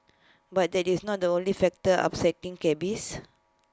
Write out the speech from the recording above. but that is not the only factor upsetting cabbies